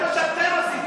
זה מה שאתם עשיתם.